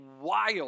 wild